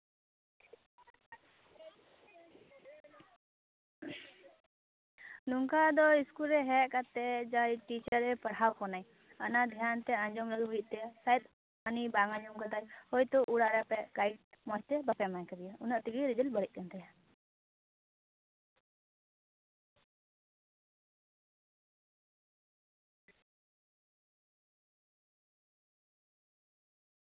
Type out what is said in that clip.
ᱱᱚᱝᱠᱟ ᱫᱚ ᱤᱥᱠᱩᱞ ᱨᱮ ᱦᱮᱡ ᱠᱟᱛᱮ ᱡᱟᱦᱟᱸᱭ ᱴᱤᱪᱟᱨᱮ ᱯᱟᱲᱦᱟᱣ ᱠᱟᱱᱟᱭ ᱚᱱᱟ ᱫᱷᱮᱭᱟᱱᱛᱮ ᱟᱸᱡᱚᱢ ᱟᱹᱜᱩᱭ ᱦᱩᱭᱩᱜ ᱛᱟᱭᱟ ᱥᱟᱭᱮᱫᱽ ᱩᱱᱤ ᱵᱟᱝ ᱟᱸᱡᱚᱢ ᱠᱟᱫᱟᱭ ᱦᱳᱭᱛᱳ ᱚᱲᱟᱜ ᱨᱮ ᱟᱯᱮᱭᱟᱜ ᱜᱟᱭᱤᱰ ᱢᱚᱡᱽᱛᱮ ᱵᱟᱯᱮ ᱮᱢᱟᱣ ᱠᱟᱫᱮᱭᱟ ᱚᱱᱟᱛᱮᱜᱮ ᱨᱮᱡᱟᱞ ᱵᱟᱹᱲᱤᱡ ᱠᱟᱱ ᱛᱟᱭᱟ